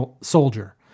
soldier